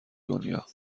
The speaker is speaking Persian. دنیا